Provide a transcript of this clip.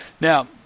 Now